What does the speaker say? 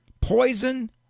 poison